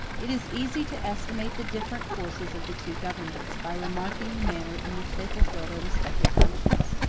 it is easy to estimate the different forces of the two governments, by remarking the manner in which they fulfil their respective functions.